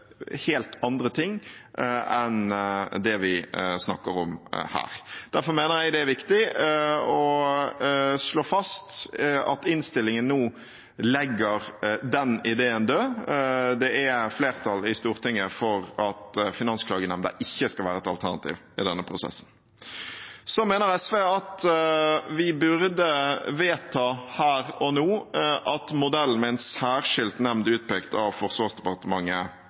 helt andre ting enn det vi snakker om her. Derfor mener jeg det er viktig å slå fast at innstillingen nå legger den ideen død. Det er flertall i Stortinget for at Finansklagenemnda ikke skal være et alternativ i denne prosessen. SV mener at vi burde vedta her og nå at modellen med en særskilt nemnd utpekt av Forsvarsdepartementet